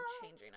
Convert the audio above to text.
changing